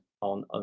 on